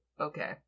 okay